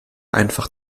einfach